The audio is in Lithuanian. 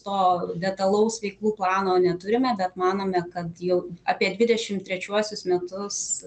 to detalaus veiklų plano neturime bet manome kad jau apie dvidešim trečiuosius metus